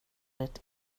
det